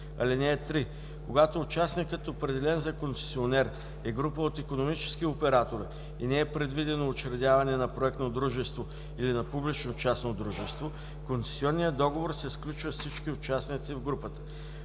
(3) Когато участникът, определен за концесионер, е група от икономически оператори и не е предвидено учредяване на проектно дружество или на публично-частно дружество, концесионният договор се сключва с всички участници в групата.